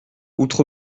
outre